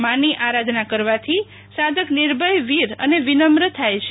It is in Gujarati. માની આરાધના કરવાથી સાધક નિર્ભય ધીર અને વિનમ્ર થાય છે